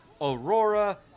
Aurora